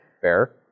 Fair